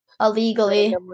Illegally